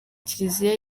kiliziya